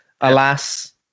alas